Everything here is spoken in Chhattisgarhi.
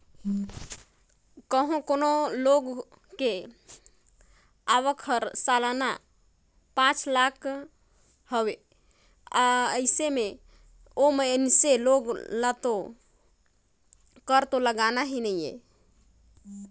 कंहो कोनो मइनसे के आवक हर सलाना पांच लाख हवे अइसन में ओ मइनसे ल तो कर तो लगना ही नइ हे